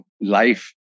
life